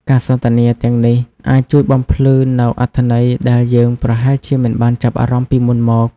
ការសន្ទនាទាំងនេះអាចជួយបំភ្លឺនូវអត្ថន័យដែលយើងប្រហែលជាមិនបានចាប់អារម្មណ៍ពីមុនមក។